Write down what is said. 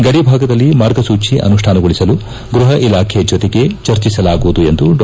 ಗಡಿಭಾಗದಲ್ಲಿ ಮಾರ್ಗಸೂಚಿ ಅನುಷ್ಠಾನಗೊಳಿಸಲು ಗೃಹ ಇಲಾಖೆ ಜೊತೆ ಚರ್ಚಿಸಲಾಗುವುದು ಎಂದು ಡಾ